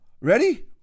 Ready